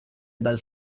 dal